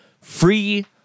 free